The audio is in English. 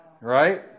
right